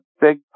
big